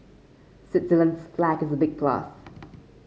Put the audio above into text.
Switzerland's flag is a big plus